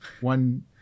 one